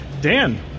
Dan